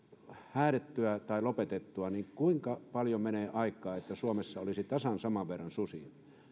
häädettyä tai lopetettua niin kuinka paljon menee aikaa että suomessa olisi tasan saman verran susia hän